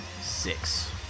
six